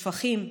שפכים,